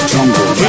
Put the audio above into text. Jungle